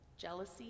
jealousy